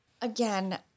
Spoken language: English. Again